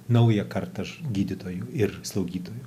naują kartą gydytojų ir slaugytojų